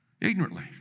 Ignorantly